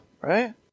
Right